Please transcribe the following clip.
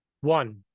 One